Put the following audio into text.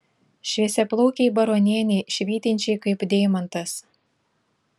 šviesiaplaukei baronienei švytinčiai kaip deimantas